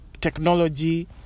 technology